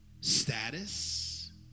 status